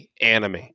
anime